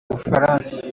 bufaransa